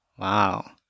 Wow